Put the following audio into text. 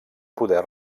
poder